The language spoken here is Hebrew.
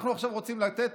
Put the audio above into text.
אנחנו רוצים לתת